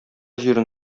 җирен